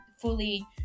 fully